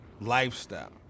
lifestyle